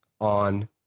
on